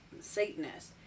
Satanist